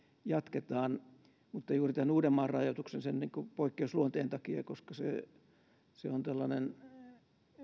jatketaan mutta juuri tämän uudenmaan rajoituksen poikkeusluonteen takia koska se on tällainen